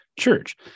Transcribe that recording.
church